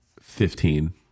Fifteen